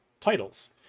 titles